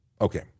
okay